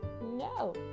No